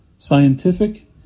scientific